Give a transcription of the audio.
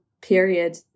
period